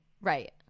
right